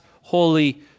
holy